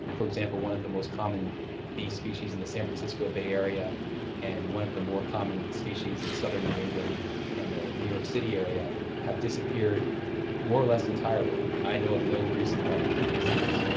for example, one of the most common bee species in the san francisco bay area and one of the more common species in southern new england and the new york city area have disappeared more or less entirely. i know of no recent records of these things.